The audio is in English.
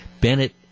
Bennett